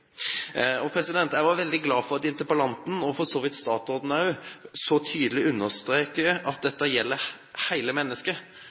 Jeg er veldig glad for at interpellanten – og for så vidt også statsråden – så tydelig understreker at